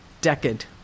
decade